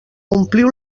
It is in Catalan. ompliu